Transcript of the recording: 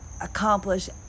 accomplish